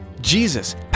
Jesus